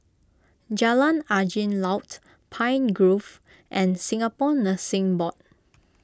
Jalan Angin Laut Pine Grove and Singapore Nursing Board